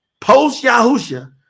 Post-Yahusha